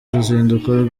uruzinduko